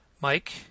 Mike